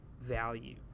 value